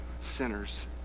sinners